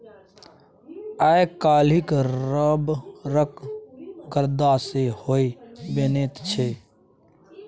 आइ काल्हि रबरक गद्दा सेहो बनैत छै